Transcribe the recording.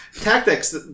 Tactics